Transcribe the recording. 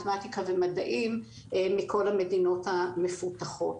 מתמטיקה ומדעים מכל המדינות המפותחות.